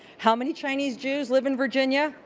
how many chinese jews live in virginia?